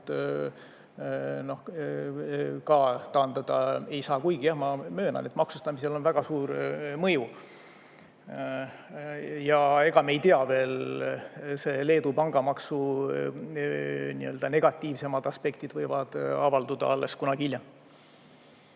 ka taandada ei saa. Kuigi jah, ma möönan, et maksustamisel on väga suur mõju. Ja ega me ei tea veel, Leedu pangamaksu negatiivsemad aspektid võivad avalduda alles kunagi hiljem.